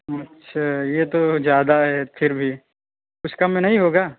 अच्छा यह तो ज़्यादा है फिर भी कुछ कम नहीं होगा